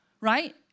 right